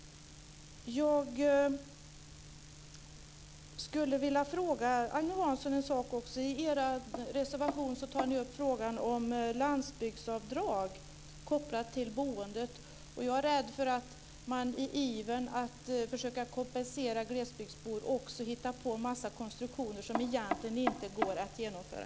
I era reservationer tar ni upp frågan om landsbygdsavdrag kopplat till boendet. Jag är rädd för att man i ivern att försöka kompensera glesbygdsborna också hittar på en massa konstruktioner som egentligen inte går att genomföra.